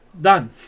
Done